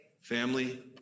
Family